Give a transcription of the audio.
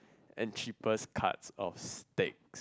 and cheapest cuts of steaks